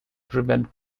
prevent